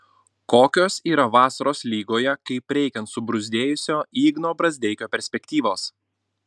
kokios yra vasaros lygoje kaip reikiant subruzdėjusio igno brazdeikio perspektyvos